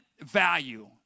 value